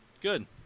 Good